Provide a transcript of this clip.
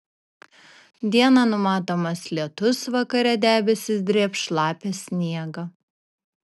dieną numatomas lietus vakare debesys drėbs šlapią sniegą